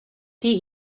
die